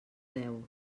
deu